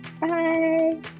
Bye